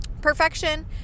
Perfection